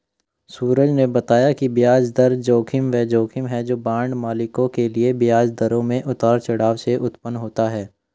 सूरज ने बताया कि ब्याज दर जोखिम वह जोखिम है जो बांड मालिकों के लिए ब्याज दरों में उतार चढ़ाव से उत्पन्न होता है